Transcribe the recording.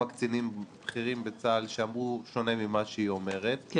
קצינים בכירים בצה"ל שדיברו שונה ממה שהיא אומרת,